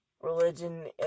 religion